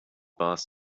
boss